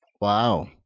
Wow